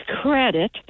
credit